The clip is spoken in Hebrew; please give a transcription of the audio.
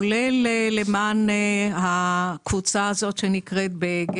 כולל למען הקבוצה הזאת שנקראת BEG